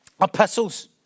epistles